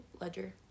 Ledger